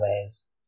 ways